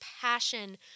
passion